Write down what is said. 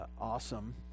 awesome